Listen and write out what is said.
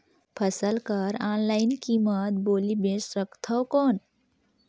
फसल कर ऑनलाइन कीमत बोली बेच सकथव कौन?